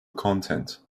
content